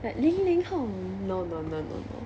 like 零零后 no no no no no